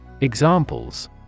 Examples